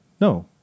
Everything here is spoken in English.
No